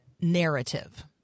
narrative